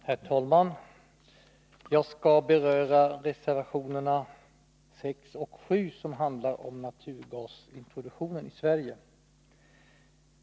Herr talman! Jag skall beröra reservationerna 6 och 7, som handlar om naturgasintroduktionen i Sverige.